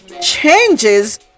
changes